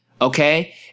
okay